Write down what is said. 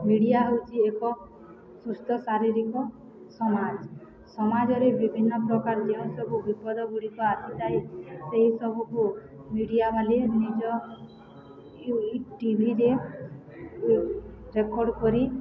media ହେଉଛି ଏକ ସୁସ୍ଥ ଶାରୀରିକ ସମାଜ ସମାଜରେ ବିଭିନ୍ନ ପ୍ରକାର ଯେଉଁସବୁ ବିପଦ ଗୁଡ଼ିକ ଆସିଥାଏ ସେହିସବୁକୁ ମିଡ଼ିଆ ବାଲା ନିଜ ଟିଭିରେ ରେକର୍ଡ଼ କରି